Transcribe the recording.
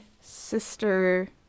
sister